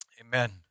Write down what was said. Amen